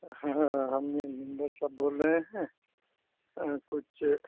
ہاں ہاں ہم بول رہے ہیں کچھ